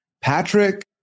Patrick